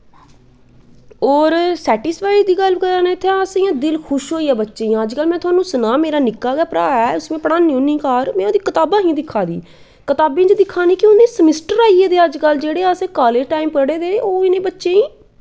होर सैटिस्फाइड दी गल्ल करा ना इत्थें अस इयां दिल खुश होइया बच्चें अज कल में थुहानू सनांऽ मेरा निक्का गै भ्रा ऐ उसी में पढ़ानी होन्नी घर में ओह्दी कताबां ही दिक्खा दी कताबें च दिक्खा नी कि उंदे समिस्टर आई गेदे अजकल जेह्ड़े अस कालेज़ टाईम पढ़े दे ओह् इनें बच्चेंई